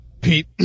Pete